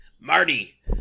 Marty